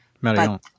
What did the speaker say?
Marion